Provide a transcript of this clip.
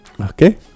okay